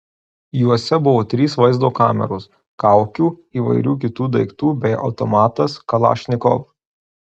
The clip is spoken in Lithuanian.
juose buvo trys vaizdo kameros kaukių įvairių kitų daiktų bei automatas kalašnikov